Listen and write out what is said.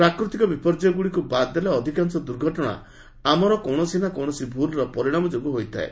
ପ୍ରାକୃତିକ ବିପର୍ଯ୍ୟଗୁଡ଼ିକୁ ବାଦ୍ ଦେଲେ ଅଧିକାଂଶ ଦୁର୍ଘଟଣା ଆମର କୌଣସି ନା କୌଣସି ଭୁଲ୍ର ପରିଣାମ ଯୋଗୁଁ ହୋଇଥାଏ